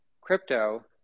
crypto